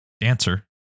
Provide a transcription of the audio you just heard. dancer